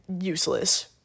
useless